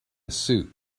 suit